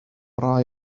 rai